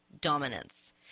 Dominance